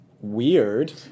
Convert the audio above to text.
weird